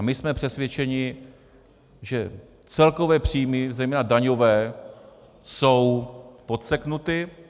My jsme přesvědčeni, že celkové příjmy, zejména daňové, jsou podseknuty.